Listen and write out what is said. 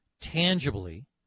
tangibly